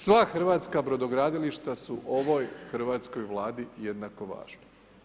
Sva hrvatska brodogradilišta su ovoj hrvatskoj vladi jednako važne.